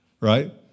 right